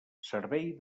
servei